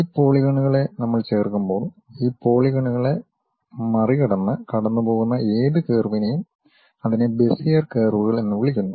ഈ പോളിഗണുകളെ നമ്മൾ ചേർക്കുമ്പോൾ ഈ പോളിഗണുകളെ മറികടന്ന് കടന്നുപോകുന്ന ഏത് കർവിനെയും അതിനെ ബെസിയർ കർവുകൾ എന്ന് വിളിക്കുന്നു